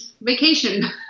vacation